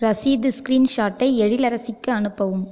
ரசீது ஸ்கிரீன்ஷாட்டை எழிலரசிக்கு அனுப்பவும்